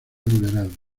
liberal